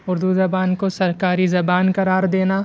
اردو زبان کو سرکاری زبان قرار دینا